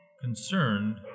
concerned